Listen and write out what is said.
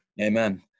Amen